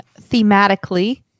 thematically